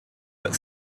but